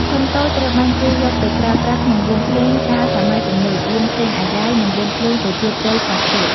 ឃឹមតូចត្រូវបានគេយកទៅប្រើប្រាស់ក្នុងវង់ភ្លេងការសម័យទំនើប, វង់ភ្លេងអាយ៉ៃ និងវង់ភ្លេងប្រជាប្រិយខ្លះទៀត។